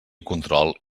control